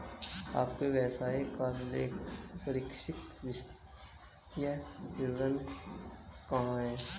आपके व्यवसाय का लेखापरीक्षित वित्तीय विवरण कहाँ है?